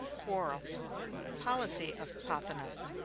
quarrels policy of pothinus.